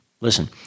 Listen